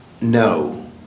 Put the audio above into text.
No